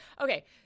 okay